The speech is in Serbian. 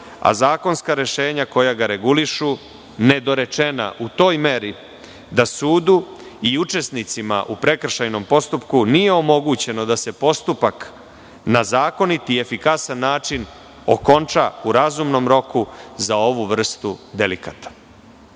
a zakonska rešenja koja ga regulišu su nedorečena u toj meri da sudu i učesnicima u prekršajnom postupku nije omogućeno da postupak na zakonit i efikasan način okonča u razumnom roku za ovu vrstu delikata. Izveštaji